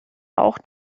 auch